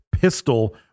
pistol